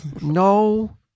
no